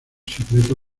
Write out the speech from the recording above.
secreto